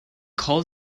call